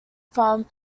from